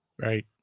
Right